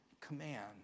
Command